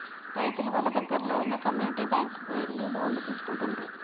రైతులు వాళ్ళ దగ్గరల్లో వున్న కమ్యూనిటీ బ్యాంక్ కు ఎళ్లి లోన్లు తీసుకుంటుండ్రు